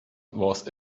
was